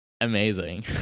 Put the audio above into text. amazing